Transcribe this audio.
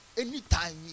anytime